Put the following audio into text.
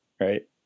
right